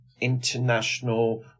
international